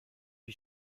you